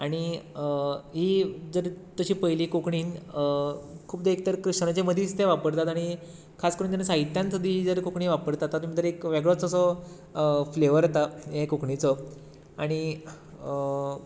आनी ही जरी तशी पळयलीं कोंकणीन खुबदां एक तर क्रिश्चनांच्या मदीच ते वापरतात आनी खास करून जेन्ना साहित्यान ही जर कोंकणी वापरता तातूंत भितर एक वेगळोच असो फ्लेवर येता हे कोंकणीचो आनी